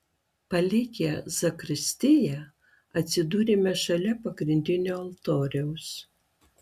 palikę zakristiją atsidūrėme šalia pagrindinio altoriaus